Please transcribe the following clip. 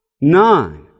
Nine